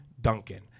Duncan